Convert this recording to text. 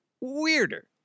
Weirder